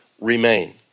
remain